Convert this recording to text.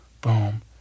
boom